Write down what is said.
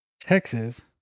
Texas